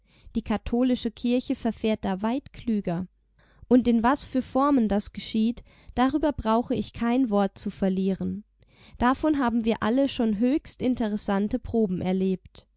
die katholische kirche verfährt da weit klüger und in was für formen das geschieht darüber brauche ich kein wort zu verlieren davon haben wir alle schon höchst interessante proben erlebt